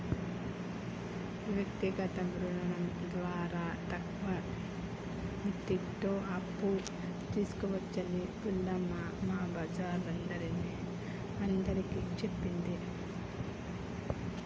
వ్యక్తిగత రుణం ద్వారా తక్కువ మిత్తితో అప్పు తీసుకోవచ్చని పూలమ్మ మా బజారోల్లందరిని అందరికీ చెప్పింది